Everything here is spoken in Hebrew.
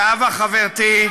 זהבה חברתי,